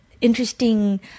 interesting